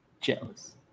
Jealous